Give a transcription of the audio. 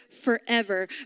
forever